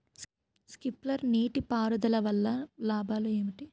Sprinkler నీటిపారుదల వల్ల లాభాలు ఏంటి?